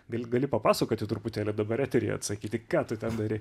gal gali papasakoti truputėlį dabar eteryatsakyti ką tu ten darei